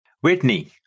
Whitney